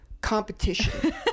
competition